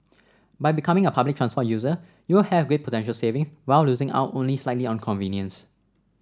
by becoming a public transport user you will have great potential savings while losing out only slightly on convenience